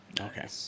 Okay